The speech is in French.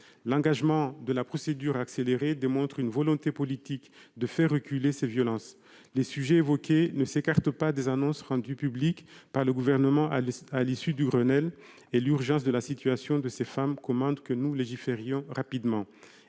L'engagement de la procédure accélérée démontre une volonté politique de faire reculer ces violences. Les sujets évoqués ne s'écartent pas des annonces rendues publiques par le Gouvernement, à l'issue du Grenelle, et l'urgence de la situation de ces femmes commande que nous légiférions rapidement.